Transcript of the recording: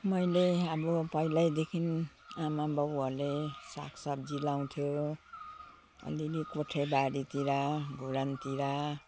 मैले अब पहिल्यैदेखि आमाबाबुहरूले सागसब्जी लगाउँथ्यो अलिअलि कोठेबारीतिर घुर्यानतिर